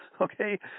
Okay